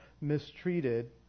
mistreated